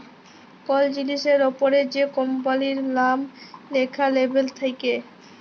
call জিলিসের অপরে যে কম্পালির লাম ল্যাখা লেবেল থাক্যে